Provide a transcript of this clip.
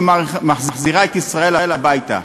שמחזירה את ישראל הביתה.